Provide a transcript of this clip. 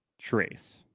trace